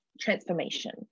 transformation